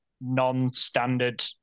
non-standard